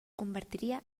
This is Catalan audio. convertiria